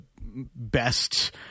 best